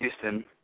Houston